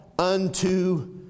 Unto